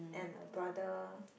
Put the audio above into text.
and a brother